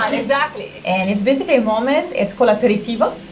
um exactly. and it's basically a moment, it's called a aperitivo,